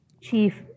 chief